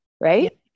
Right